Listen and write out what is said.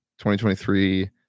2023